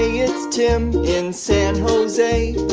it's tim in san jose,